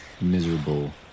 miserable